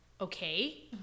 okay